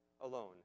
alone